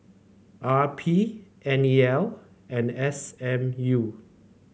R P N E L and S M U